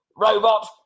Robot